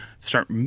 start